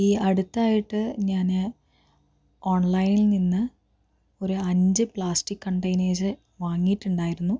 ഈ അടുത്തായിട്ട് ഞാന് ഓൺലൈനിൽ നിന്ന് ഒരു അഞ്ച് പ്ലാസ്റ്റിക് കണ്ടൈനേഴ്സ് വാങ്ങിട്ടുണ്ടായിരുന്നു